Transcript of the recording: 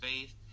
faith